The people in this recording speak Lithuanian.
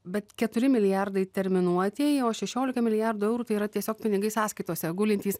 bet keturi milijardai terminuotieji o šešiolika milijardų eurų yra tiesiog pinigai sąskaitose gulintys